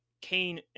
Cain